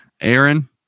Aaron